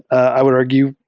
i would argue,